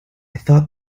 thought